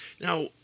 Now